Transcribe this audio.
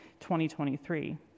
2023